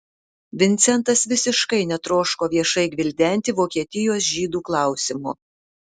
vincentas visiškai netroško viešai gvildenti vokietijos žydų klausimo